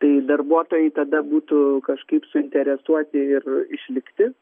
tai darbuotojai tada būtų kažkaip suinteresuoti ir išlikti